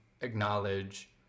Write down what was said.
acknowledge